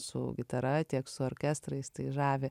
su gitara tiek su orkestrais tai žavi